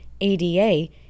ADA